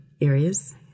areas